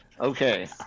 Okay